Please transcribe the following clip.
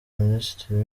minisitiri